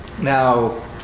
Now